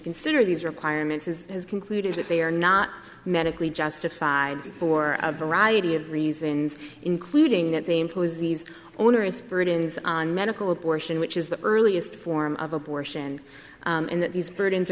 consider these requirements as has concluded that they are not medically justified for a variety of reasons including that they impose these onerous burdens on medical abortion which is the earliest form of abortion and that these burdens